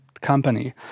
company